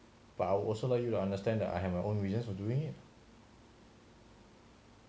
but I also want you to understand that I have my own reasons for doing it